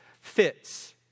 fits